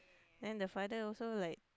then the father also like